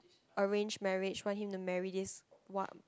arranged marriage want him to marry this f~